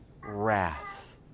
wrath